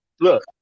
Look